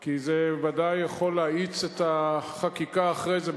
כי זה ודאי יכול להאיץ את החקיקה אחרי זה,